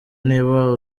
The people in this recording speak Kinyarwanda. niba